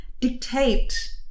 dictate